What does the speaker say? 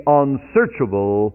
unsearchable